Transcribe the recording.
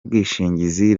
bwishingizi